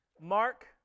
Mark